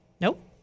Nope